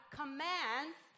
commands